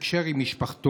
לתקשר עם משפחתו,